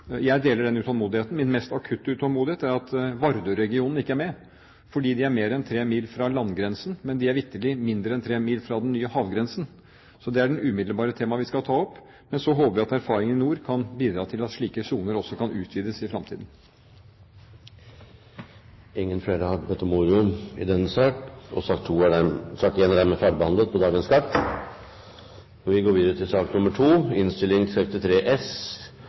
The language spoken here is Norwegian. Jeg deler den utålmodigheten. Min mest akutte utålmodighet er at Vardø-regionen ikke er med, fordi den ligger mer enn tre mil fra landegrensen, men vitterlig mindre enn tre mil fra den nye havgrensen. Det er det umiddelbare temaet vi skal ta opp. Og så håper jeg at erfaringene i nord kan bidra til at slike soner også kan utvides i fremtiden. Flere har ikke bedt om ordet til sak nr. 1. Ingen har bedt om ordet. Nå har jo proposisjonen om Statskog-kjøpet kommet til Stortinget, og man kan jo lure på hvorfor vi